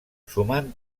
sumant